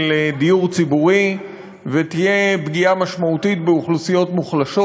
דיור ציבורי ותהיה פגיעה משמעותית באוכלוסיות מוחלשות,